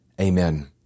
Amen